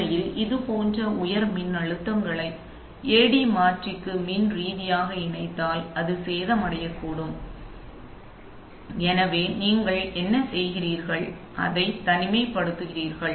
உண்மையில் இது போன்ற உயர் மின்னழுத்தங்களை AD மாற்றிக்கு மின் ரீதியாக இணைத்தால் அது சேதமடையக்கூடும் எனவே நீங்கள் என்ன செய்கிறீர்கள் நீங்கள் அதை தனிமைப்படுத்துகிறீர்கள்